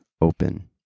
open